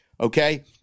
Okay